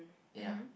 ya